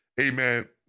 Amen